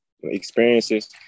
experiences